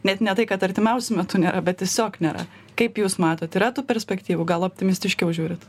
net ne tai kad artimiausiu metu nėra bet tiesiog nėra kaip jūs matot yra tų perspektyvų gal optimistiškiau žiūrit